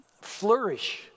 flourish